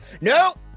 NO